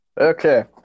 Okay